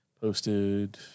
posted